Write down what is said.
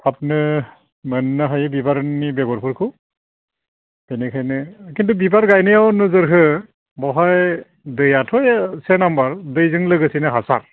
थाबनो मोननो हायो बिबारनि बेगरफोरखौ बेनिखायनो खिन्थु बिबार गायनायाव नोजोर हो बावहाय दैयाथ' से नाम्बार दैजों लोगोसेनो हासार